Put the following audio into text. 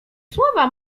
słowa